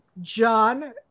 john